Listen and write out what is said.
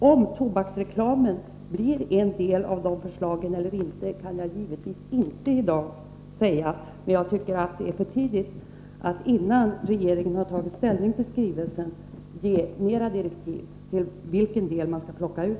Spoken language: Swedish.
Om ett tobaksreklamförbud blir en del av dessa förslag eller inte kan jag givetvis inte i dag säga, men jag tycker att det är för tidigt att innan regeringen har tagit ställning till skrivelsen ge mera direktiv om vilken del man skall välja ut.